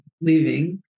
leaving